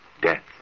death